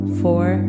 four